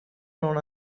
known